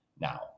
now